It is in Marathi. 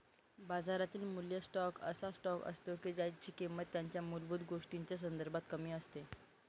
बाजारातील मूल्य स्टॉक असा स्टॉक असतो की ज्यांची किंमत त्यांच्या मूलभूत गोष्टींच्या संदर्भात कमी असते